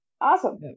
awesome